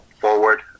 forward